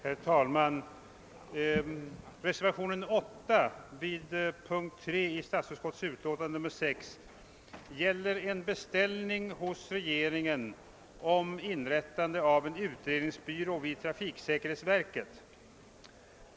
Herr talman! Reservationen 8 vid punkten 3 i statsutskottets utlåtande nr 6 gäller en beställning hos regeringen om inrättande av en utredningsbyrå vid trafiksäkerhetsverket.